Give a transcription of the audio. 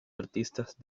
artistas